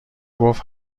گفت